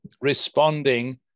responding